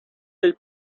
del